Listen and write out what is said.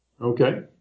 Okay